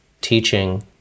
teaching